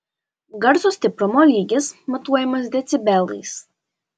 garso stiprumo lygis matuojamas decibelais